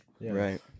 right